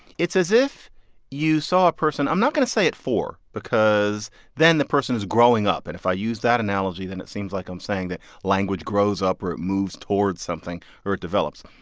it's as if you saw a person i'm not going to say at four because then the person is growing up, and if i use that analogy then it seems like i'm saying that language grows up or it moves toward something or it develops.